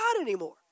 anymore